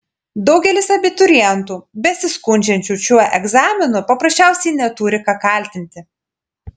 daugelis abiturientų besiskundžiančių šiuo egzaminu paprasčiausiai neturi ką kaltinti